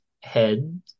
head